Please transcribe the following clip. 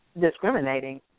discriminating